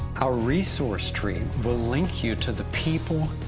our resource tree will link you to the people,